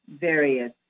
various